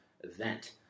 event